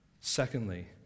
Secondly